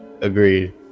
Agreed